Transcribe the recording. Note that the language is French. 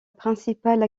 principale